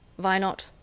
why not?